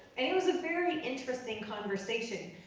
and it was a very interesting conversation,